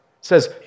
says